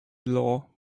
law